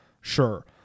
Sure